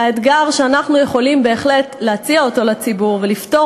האתגר שאנחנו יכולים בהחלט להציע לציבור ולפתור